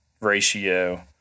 ratio